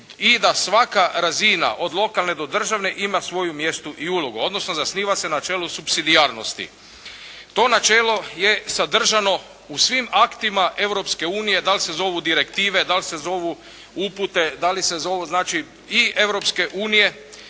i da svaka razina od lokalne do državne ima svoje mjesto i ulogu, odnosno zasniva se na načelu supsidijarnosti. To načelo je sadržano u svim aktima Europske unije. Da li se zovu direktive, da li se zovu upute, da li se zovu znači